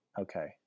Okay